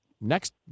next